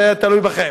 זה תלוי בכם.